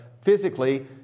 physically